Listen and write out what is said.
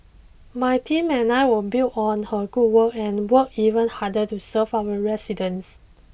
my team and I will build on her good work and work even harder to serve our residents